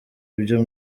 ibyo